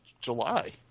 July